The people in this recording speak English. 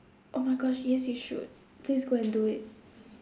oh my gosh yes you should please go and do it